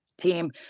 team